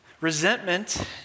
Resentment